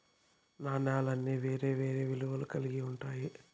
నాణాలన్నీ వేరే వేరే విలువలు కల్గి ఉంటాయి